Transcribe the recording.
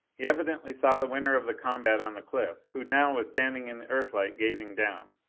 he evidently saw the winner of the combat on the cliff, who now was standing in the earthlight, gazing down.